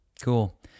Cool